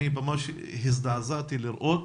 אני ממש הזדעזעתי לראות